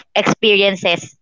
experiences